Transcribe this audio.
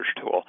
tool